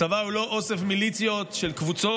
הצבא הוא לא אוסף מיליציות, של קבוצות,